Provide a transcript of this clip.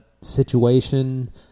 situation